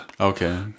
Okay